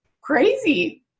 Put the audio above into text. crazy